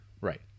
Right